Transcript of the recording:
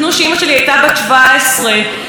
וכל הפניות שלנו נעצרו.